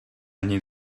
ani